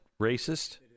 racist